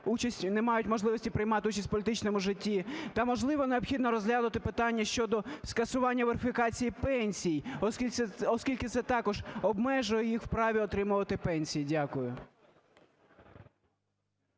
не мають можливості приймати участь у політичному житті. Та, можливо, необхідно розглянути питання щодо скасування верифікації пенсій, оскільки це також обмежує їх, вправі отримувати пенсії. Дякую.